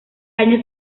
año